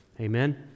Amen